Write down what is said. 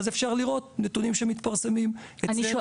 ואז אפשר לראות נתונים שמתפרסמים אצלנו.